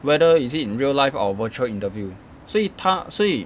whether is it in real life or virtual interview 所以他所以